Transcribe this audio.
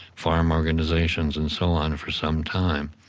farm organisations and so on, for some time.